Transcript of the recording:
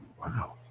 Wow